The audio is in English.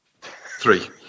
Three